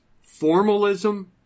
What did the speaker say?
Formalism